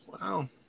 wow